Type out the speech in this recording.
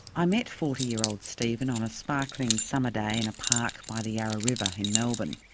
i met forty year old stephen on a sparkling summer day in a park by the yarra river in melbourne.